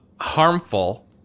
harmful